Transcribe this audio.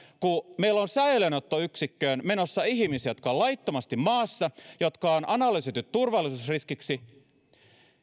kun meillä on säilöönottoyksikköön menossa ihmisiä jotka on laittomasti maassa jotka on analysoitu turvallisuusriskiksi